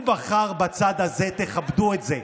הוא בחר בצד הזה, תכבדו את זה.